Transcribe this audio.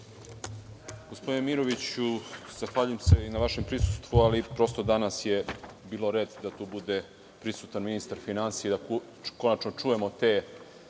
gospodine Miroviću, zahvaljujem se i na vašem prisustvu ali danas je bio red da tu bude ministar finansija i da konačno čujemo te